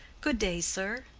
good day, sir.